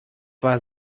war